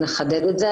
נחדד את זה,